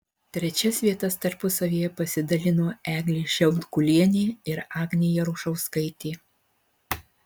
trečias vietas tarpusavyje pasidalino eglė šiaudkulienė ir agnė jarušauskaitė